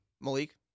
Malik